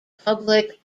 public